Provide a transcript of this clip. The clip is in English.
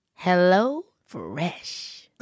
HelloFresh